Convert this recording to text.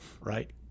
right